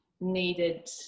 needed